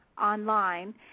online